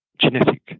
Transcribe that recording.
genetic